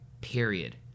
period